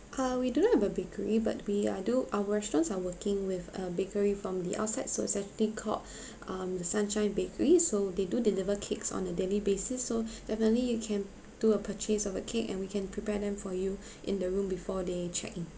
uh we don't have a bakery but we uh do our restaurants are working with a bakery from the outside so it's actually called um the sunshine bakery so they do deliver cakes on a daily basis so definitely you can do a purchase of a cake and we can prepare them for you in the room before they check in